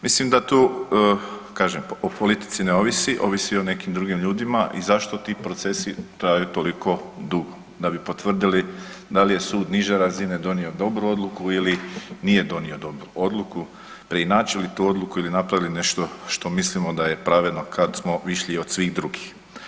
Mislim da tu kažem o politici ne ovisi, ovisi o nekim drugim ljudima i zašto ti procesi traju toliko dugo da bi potvrdili da li je sud niže razine donio dobru odluku ili nije donio dobru odluku, preinačili tu odluku ili napravili nešto što mislimo da je pravedno kad smo višlji od svih drugih.